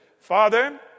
Father